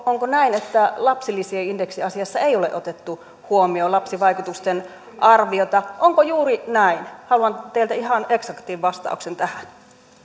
onko näin että lapsilisien indeksiasiassa ei ole otettu huomioon lapsivaikutusten arvioita onko juuri näin haluan teiltä ihan eksaktin vastauksen tähän